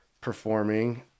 performing